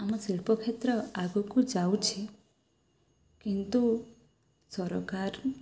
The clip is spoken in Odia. ଆମ ଶିଳ୍ପ କ୍ଷେତ୍ର ଆଗକୁ ଯାଉଛି କିନ୍ତୁ ସରକାର